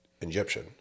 Egyptian